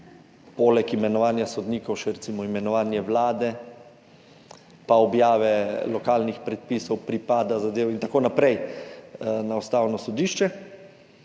poleg imenovanja sodnikov še recimo imenovanje vlade, pa objave lokalnih predpisov pripada zadev in tako naprej na Ustavno sodišče.